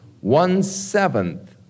one-seventh